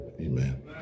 amen